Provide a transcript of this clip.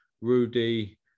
Rudy